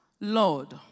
Lord